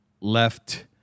left